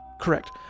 Correct